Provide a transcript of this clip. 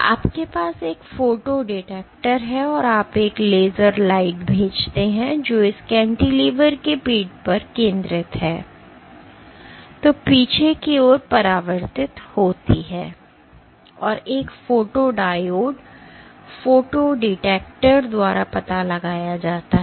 आपके पास एक फोटो डिटेक्टर है और आप एक लेज़र लाइट भेजते हैं जो इस कैंटिलीवर की पीठ पर केंद्रित है और पीछे की ओर परावर्तित होती है और एक फोटोडायोड फोटो डिटेक्टर द्वारा पता लगाया जाता है